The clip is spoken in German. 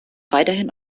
weiterhin